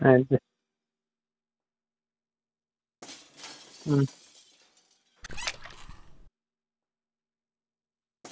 હા સર